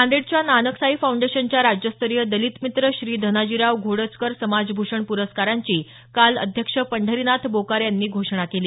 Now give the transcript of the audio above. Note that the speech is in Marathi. नांदेडच्या नानक साई फाउंडेशनच्या राज्यस्तरीय दलितमित्र श्री धनाजीराव घोडजकर समाजभूषण प्रस्कारांची काल अध्यक्ष पंढरीनाथ बोकारे यांनी घोषणा केली